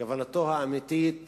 כוונתו האמיתית